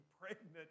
pregnant